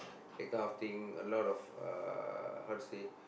that kind of thing a lot of uh how to say